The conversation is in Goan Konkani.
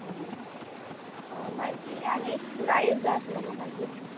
आं मागीर आनी एक स्कुला एक जाय आसलो म्हाका शिंवप